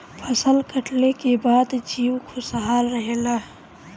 फसल कटले के बाद जीउ खुशहाल रहेला